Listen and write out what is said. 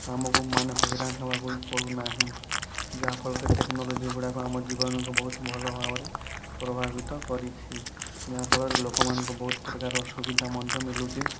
ତ ଆମକୁ ମାନେ ହଇରାଣ ହେବାକୁ ବି ପଡ଼ୁନାହିଁ ଯାହା ଫଳରେ ଟେକ୍ନୋଲୋଜି ଗୁଡ଼ାକ ଆମ ଜୀବନକୁ ବହୁତ ଭଲ ଭାବରେ ପ୍ରଭାବିତ କରିଛି ଯାହା ଫଳରେ ଲୋକମାନଙ୍କୁ ବହୁତ ପ୍ରକାରର ସୁବିଧା ମଧ୍ୟ ମିଳୁଛି